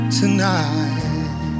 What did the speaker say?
tonight